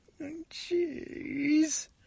Jeez